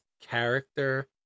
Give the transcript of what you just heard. character